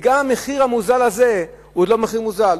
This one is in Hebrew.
וגם המחיר המוזל הזה הוא עוד לא מחיר מוזל,